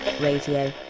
Radio